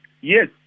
yes